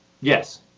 Yes